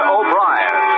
O'Brien